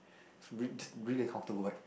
it's really just really uncomfortable vibe